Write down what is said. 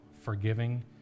forgiving